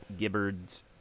Gibbard's